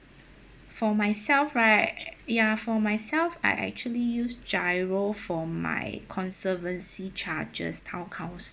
for myself right ya for myself I actually use GIRO for my conservancy charges town council